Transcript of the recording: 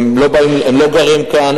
הם לא גרים כאן,